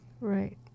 Right